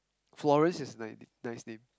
Florence is ni~ nice name